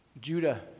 Judah